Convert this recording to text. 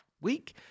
week